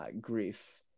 grief